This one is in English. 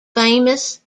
famous